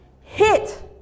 hit